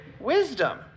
Wisdom